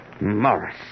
Morris